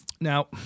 Now